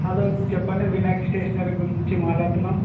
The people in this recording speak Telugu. హలో చెప్పండి వినయ్ స్టేషనరీ గురించి మాట్లాడుతున్నాము